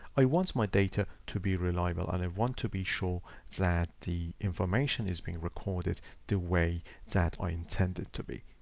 i want my data to be reliable and i want to be sure that the information is being recorded the way that i intended to be.